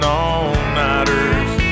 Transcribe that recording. all-nighters